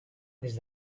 des